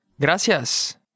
Gracias